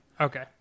Okay